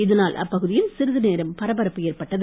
இதனால் அப்பகுதியில் சிறிது நேரம் பரபரப்பு ஏற்பட்டது